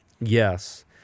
Yes